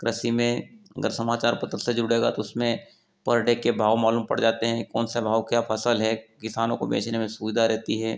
कृषि में अगर समाचार पत्र से जुड़ेगा तो उसमें पर डे के भाव मालूम पड़ जाते हैं कौन से भाव क्या फसल है किसानों को बेचने में सुविधा रहती है